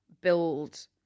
build